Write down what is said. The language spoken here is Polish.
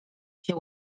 się